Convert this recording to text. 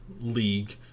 league